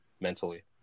mentally